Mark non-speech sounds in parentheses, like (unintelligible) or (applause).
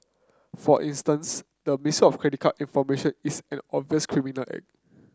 for instance the misuse of credit card information is an (unintelligible) criminal (unintelligible)